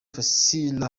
fazil